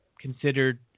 considered